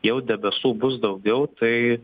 jau debesų bus daugiau tai